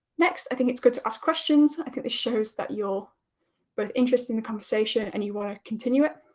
next, i think it's good to ask questions. i think this shows that you're both interested in the conversation and you want to continue it.